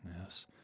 Yes